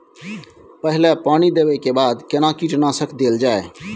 पहिले पानी देबै के बाद केना कीटनासक देल जाय?